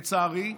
לצערי,